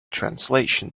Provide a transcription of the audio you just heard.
translation